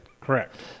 correct